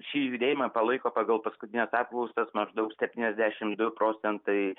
šį judėjimą palaiko pagal paskutines apklausas maždaug septyniasdešimt du procentai